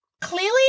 Clearly